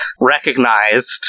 recognized